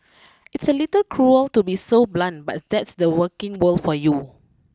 it's a little cruel to be so blunt but that's the working world for you